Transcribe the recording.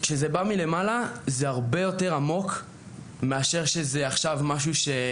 כשזה בא מלמעלה זה הרבה יותר עמוק מאשר כשזה נוער